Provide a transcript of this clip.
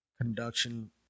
conduction